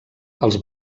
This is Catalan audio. els